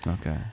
okay